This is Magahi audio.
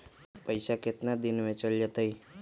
पैसा कितना दिन में चल जतई?